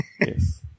yes